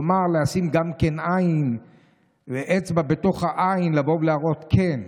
כלומר, לשים גם עין ואצבע בתוך העין, להראות: כן,